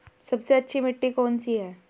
सबसे अच्छी मिट्टी कौन सी है?